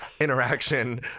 interaction